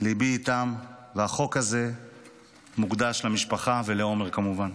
ליבי איתם והחוק הזה מוקדש למשפחה ולעומר כמובן.